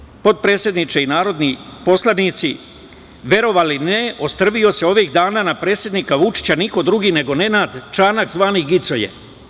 Poštovani potpredsedniče i narodni poslanici, verovali ili ne, ostrvio se ovih dana na predsednika Vučića niko drugi nego Nenad Čanak, zvani "Gicoje"